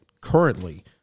currently